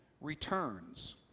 returns